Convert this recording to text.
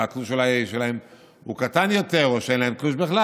התלוש שלהם הוא אולי קטן יותר או שאין להם תלוש בכלל,